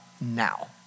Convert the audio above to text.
now